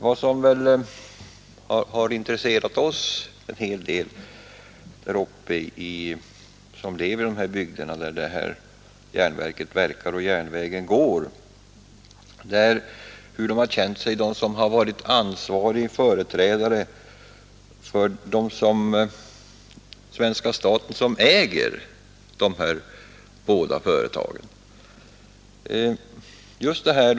Vad som än mer har intresserat oss som lever där uppe i de bygder där järnverket och malmbanan finns är hur de som varit ansvariga företrädare för svenska staten som äger dessa båda företag har känt sig.